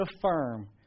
affirm